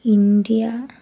India